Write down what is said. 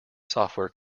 software